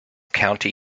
county